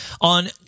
on